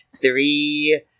three